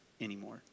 anymore